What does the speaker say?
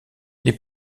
les